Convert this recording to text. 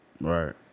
right